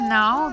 now